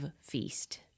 feast